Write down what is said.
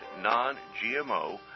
non-GMO